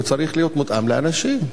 צריכים להיות מותאמים לאנשים.